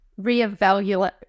reevaluate